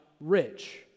rich